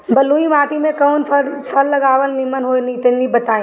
बलुई माटी में कउन फल लगावल निमन होई तनि बताई?